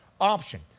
option